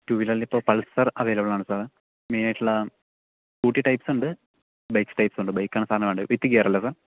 two വീലറിൽ ഇപ്പോൾ Pulsar available ആണ് സർ മെയിനായിട്ടുള്ള സ്കൂട്ടി ടൈപ്പ്സ് ഉണ്ട് ബൈക്ക്സ് ടൈപ്പ്സ് ഉണ്ട് ബൈക്കാണ് സാറിന് വേണ്ടത് വിത്ത് ഗിയർ അല്ലേ സർ